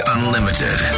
Unlimited